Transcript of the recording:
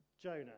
Jonah